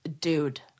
dude